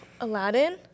Aladdin